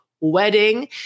wedding